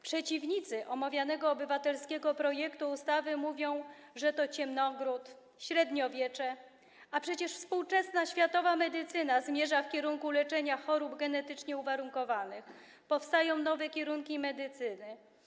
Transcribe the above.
Przeciwnicy omawianego obywatelskiego projektu ustawy mówią, że to ciemnogród, średniowiecze, a przecież współczesna światowa medycyna zmierza w kierunku leczenia chorób genetycznie uwarunkowanych, powstają nowe kierunki medycyny.